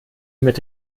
mit